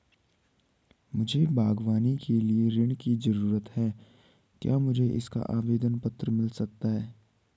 मुझे बागवानी के लिए ऋण की ज़रूरत है क्या मुझे इसका आवेदन पत्र मिल सकता है?